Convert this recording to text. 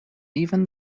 even